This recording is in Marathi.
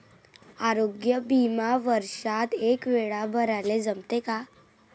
आरोग्य बिमा वर्षात एकवेळा भराले जमते का?